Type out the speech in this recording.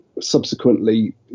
subsequently